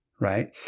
right